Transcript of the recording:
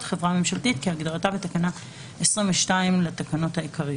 "חברה ממשלתית" כהגדרתה בתקנה 22 לתקנות העיקריות.